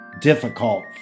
Difficult